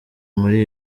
muri